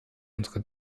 unsere